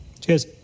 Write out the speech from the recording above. Cheers